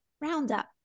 Roundup